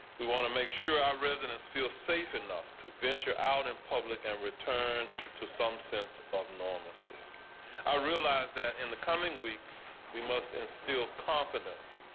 we want to make sure our residents feel safe enough to venture out in public and return to some sense of normalcy i realize that in the coming weeks we most instill confidence.